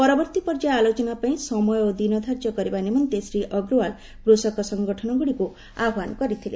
ପରବର୍ତ୍ତୀ ପର୍ଯ୍ୟାୟ ଆଲୋଚନା ପାଇଁ ସମୟ ଓ ଦିନ ଧାର୍ଯ୍ୟ କରିବା ନିମନ୍ତେ ଶ୍ରୀ ଅଗ୍ରୱାଲ୍ କୃଷକ ସଙ୍ଗଠନଗୁଡ଼ିକୁ ଆହ୍ୱାନ କରିଥିଲେ